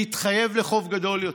להתחייב לחוב גדול יותר.